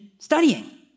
Studying